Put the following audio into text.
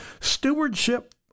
stewardship